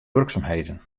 wurksumheden